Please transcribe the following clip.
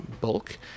bulk